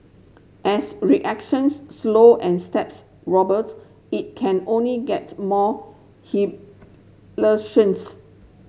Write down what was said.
as reactions slow and steps wobbles it can only gets more